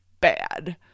bad